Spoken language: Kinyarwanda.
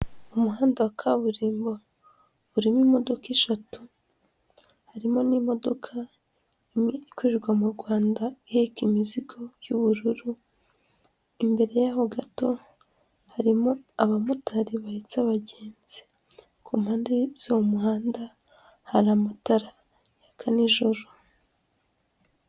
Umuhanda wa kaburimbo urimo imodoka eshatu, harimo n'imodoka imwe ikorerwa mu Rwanda iheka imizigo y'ubururu, imbere yaho gato harimo abamotari bahetse abagenzi, ku mpande z'uwo muhanda hari amatara yaka nijoro.